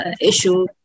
issue